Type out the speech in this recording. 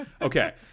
okay